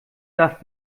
darf